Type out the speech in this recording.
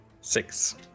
Six